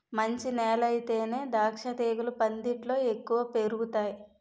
మంచి నేలయితేనే ద్రాక్షతీగలు పందిట్లో ఎక్కువ పెరుగతాయ్